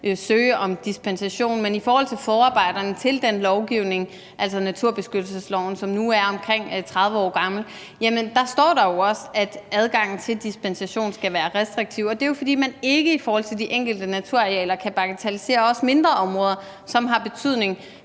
søge om dispensation. Men i forhold til forarbejderne til den lovgivning, altså naturbeskyttelsesloven, som nu er omkring 30 år gammel, står der jo også, at adgangen til dispensation skal være restriktiv, og det er jo, fordi man ikke i forhold til de enkelte naturarealer kan bagatellisere også mindre områder, som har betydning